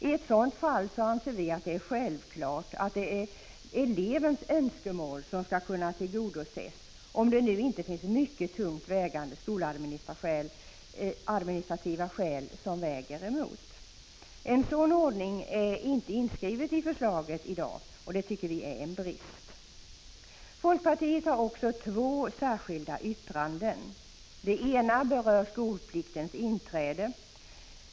I ett sådant fall anser vi det vara självklart att elevens önskemål skall kunna tillgodoses, om det inte finns mycket tungt vägande skoladministrativa skäl emot detta. En sådan ordning är inte nu inskriven i lagförslaget, vilket vi anser vara en brist. Folkpartiet har också två särskilda yttranden. Det ena berör skolpliktens inträde.